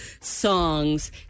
songs